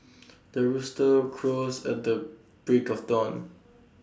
the rooster crows at the break of dawn